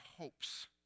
hopes